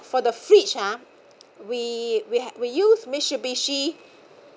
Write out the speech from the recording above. for the fridge ha we we had we use mitsubishi